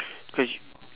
cause you